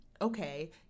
okay